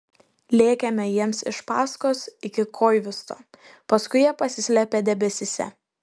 lėkėme jiems iš paskos iki koivisto paskui jie pasislėpė debesyse